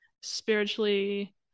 spiritually